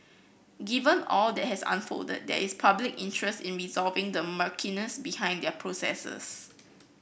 given all that has unfolded there is public interest in resolving the murkiness behind their processes